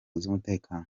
z’umutekano